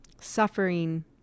suffering